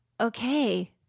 okay